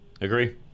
Agree